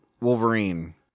Wolverine